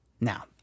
Now